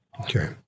Okay